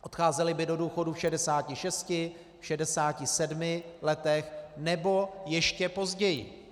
Odcházeli by do důchodu v 66, 67 letech, nebo ještě později.